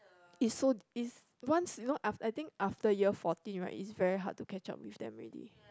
it's so it's once you know aft~ I think after year forty right it's very hard to catch up with them already